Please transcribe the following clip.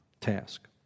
task